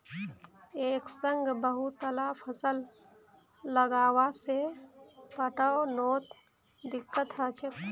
एक संग बहुतला फसल लगावा से पटवनोत दिक्कत ह छेक